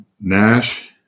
Nash